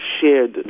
shared